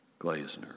Glazner